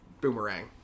boomerang